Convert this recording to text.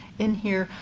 in here,